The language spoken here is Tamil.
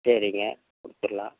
சரிங்க கொடுத்துட்லாம்